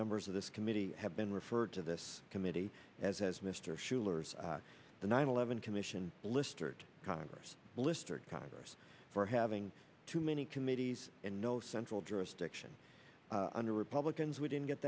members of this committee have been referred to this committee as has mr schuler's the nine eleven can ition blistered congress blistered congress for having too many committees and no central jurisdiction under republicans we didn't get